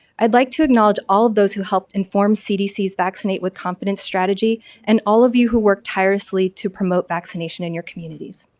i'd like to acknowledge all of those who helped inform cdc's vaccinate with confidence strategy and all of you who work tirelessly to promote vaccination in your communities.